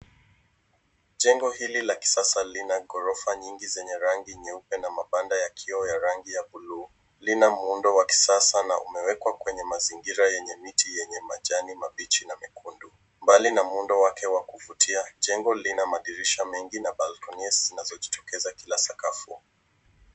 Jengo hili la kisasa lina ghorofa nyingi zenye rangi nyeupe na mabanda ya kioo ya rangi ya buluu. Lina muundo wa kisasa na umewekwa kwenye mazingira yenye miti yenye majani mabichi na mekundu. Bali na muundo wake wa kuvutia, jengo lina madirisha mengi na balkonia zinazojitokeza kila sakafu.